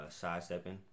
sidestepping